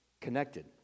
connected